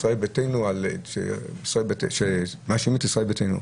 מישראל ביתנו: ישראל ביתנו,